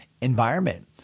environment